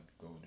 go